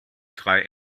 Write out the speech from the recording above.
drei